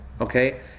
Okay